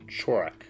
Chorak